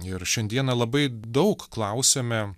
ir šiandieną labai daug klausiame